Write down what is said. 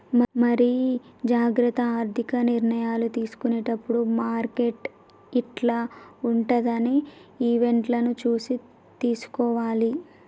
మరి జాగ్రత్త ఆర్థిక నిర్ణయాలు తీసుకునేటప్పుడు మార్కెట్ యిట్ల ఉంటదని ఈవెంట్లను చూసి తీసుకోవాలి